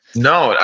no,